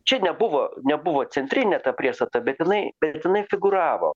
čia nebuvo nebuvo centrinė ta priešstata bet jinai bet jinai figūravo